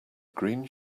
green